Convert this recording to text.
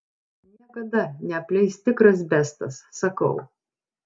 niekada neapleis tikras bestas sakau